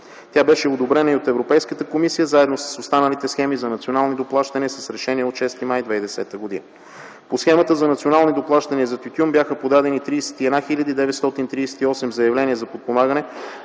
Тя беше одобрена и от Европейската комисия, заедно с останалите схеми за национални доплащания с решение от 6 май 2010 г. По Схемата за национални доплащания за тютюн бяха подадени 31 938 заявления за подпомагане,